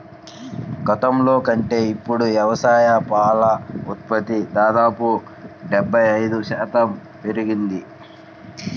గతంలో కంటే ఇప్పుడు వ్యవసాయ పాల ఉత్పత్తి దాదాపు డెబ్బై ఐదు శాతం పెరిగింది